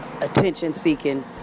Attention-seeking